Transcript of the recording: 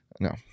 No